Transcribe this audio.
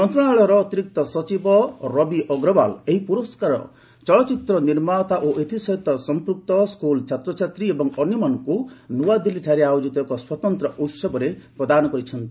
ମନ୍ତ୍ରଣାଳୟର ଅତିରିକ୍ତ ସଚିବ ରବି ଅଗ୍ରୱାଲ୍ ଏହି ପୁରସ୍କାର ଚଳଚ୍ଚିତ୍ରର ନିର୍ମାତା ଓ ଏଥିସହିତ ସମ୍ପୁକ୍ତ ସ୍କୁଲ୍ ଛାତ୍ରଛାତ୍ରୀ ଏବଂ ଅନ୍ୟମାନଙ୍କୁ ନୂଆଦିଲ୍ଲୀରେ ଆୟୋଜିତ ଏକ ସ୍ୱତନ୍ତ ଉତ୍ସବରେ ପ୍ରଦାନ କରିଛନ୍ତି